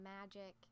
magic